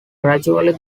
gradually